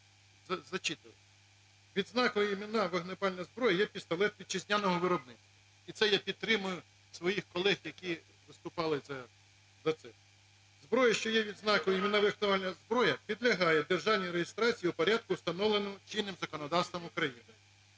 "Відзнакою "Іменна вогнепальна зброя" є пістолет вітчизняного виробництва". І це я підтримую своїх колег, які виступали за це. Зброя, що є відзнакою "Іменна вогнепальна зброя" підлягає державній реєстрації у порядку, встановленому чинним законодавством України.